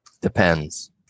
Depends